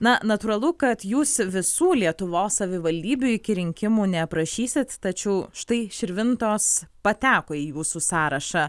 na natūralu kad jūs visų lietuvos savivaldybių iki rinkimų neaprašysit tačiau štai širvintos pateko į jūsų sąrašą